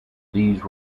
these